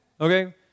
Okay